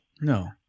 No